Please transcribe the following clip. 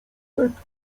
lekcji